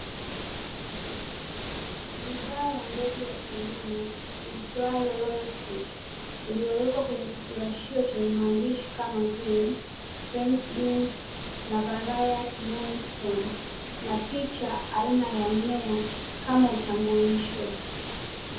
Bidhaa ya mbegu ya kilimo iitwayo "Royal seed" iliyowekwa kwenye kifungashio chenye maandishi kama vile "French beans" na "variet mone stone", na picha aina ya mmea kama utambulisho.